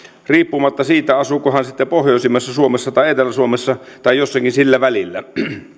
riippumatta siitä asuuko hän sitten pohjoisimmissa suomessa tai etelä suomessa tai jossakin sillä välillä